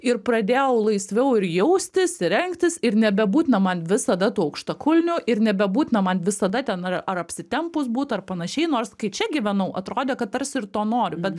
ir pradėjau laisviau ir jaustis rengtis ir nebebūtina man visada tų aukštakulnių ir nebebūtina man visada ten ar ar apsitempus būt ar panašiai nors kai čia gyvenau atrodė kad tarsi ir to noriu bet